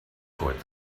toward